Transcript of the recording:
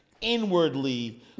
inwardly